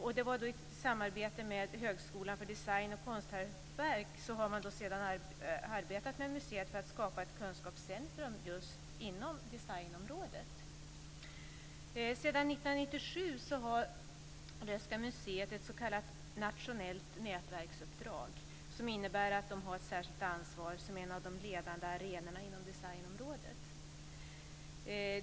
I ett samarbete med Högskolan för Design och Konsthantverk har man på museet arbetat för att skapa ett kunskapscentrum just inom designområdet. Sedan 1997 har Röhsska museet ett s.k. nationellt nätverksuppdrag, som innebär att de har ett särskilt ansvar som en av de ledande arenorna inom designområdet.